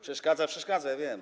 Przeszkadza, przeszkadza, ja wiem.